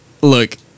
look